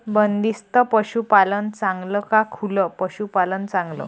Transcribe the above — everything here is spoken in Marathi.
बंदिस्त पशूपालन चांगलं का खुलं पशूपालन चांगलं?